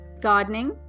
Gardening